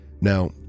Now